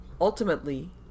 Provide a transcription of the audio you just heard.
ultimately